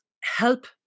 help